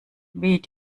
wie